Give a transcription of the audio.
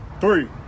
three